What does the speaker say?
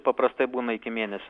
paprastai būna iki mėnesio